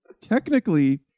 technically